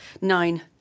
nine